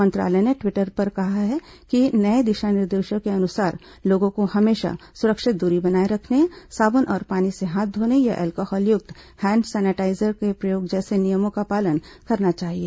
मंत्रालय ने ट्वीटर पर कहा है कि नए दिशा निर्देशों के अनुसार लोगों को हमेशा सुरक्षित दूरी बनाए रखने साबुन और पानी से हाथ धोने या एल्कोहल युक्त हैंड सैनिटाइजर के प्रयोग जैसे नियमों का पालन करना चाहिए